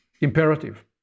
imperative